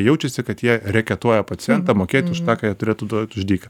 jaučiasi kad jie reketuoja pacientą mokėti už tą ką jie turėtų duot už dyką